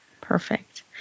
Perfect